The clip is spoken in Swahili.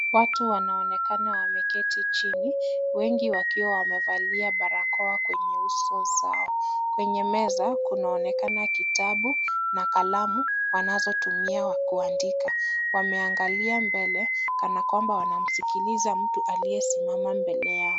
Watu wanaonekana wameketi chini wengi wakiwa wamevalia barakoa kwenye uso zao. Kwenye meza kunaonekana kitabu na kalamu wanazo tumia kuandika. Wanaangalia mbele kana kwamba wanamsikiliza mtu aliye simama mbele yao.